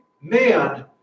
man